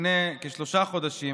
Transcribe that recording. לפני כשלושה חודשים,